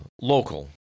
local